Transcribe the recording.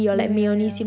yeah yeah yeah